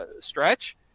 stretch